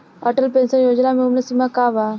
Atal pension Yojana मे उम्र सीमा का बा?